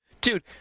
Dude